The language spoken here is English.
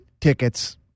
tickets